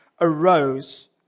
arose